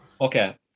Okay